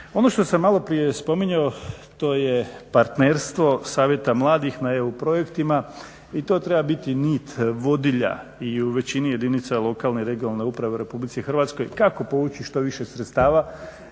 Ono što sam maloprije spominjao, to je partnerstvo savjeta mladih na EU projektima i to treba biti nit vodilja i u većini jedinica lokalne i regionalne uprave u Republici Hrvatskoj, kako povući što više sredstava.